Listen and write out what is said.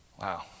Wow